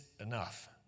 enough